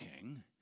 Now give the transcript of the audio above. king